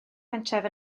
pentref